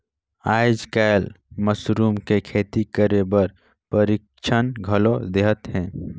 आयज कायल मसरूम के खेती करे बर परिक्छन घलो देहत हे